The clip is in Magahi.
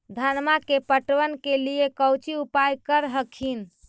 धनमा के पटबन के लिये कौची उपाय कर हखिन?